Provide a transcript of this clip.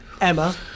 emma